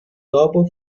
dopo